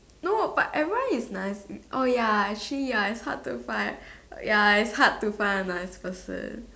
no but everyone is nice oh ya actually ya it's hard to find ya it's hard to find a nice person